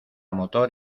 motor